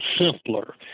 simpler